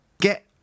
get